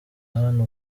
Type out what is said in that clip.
hano